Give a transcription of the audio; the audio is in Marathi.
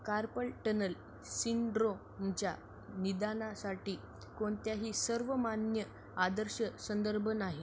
कार्पल टनल सिंड्रोमच्या निदानासाठी कोणताही सर्वमान्य आदर्श संदर्भ नाही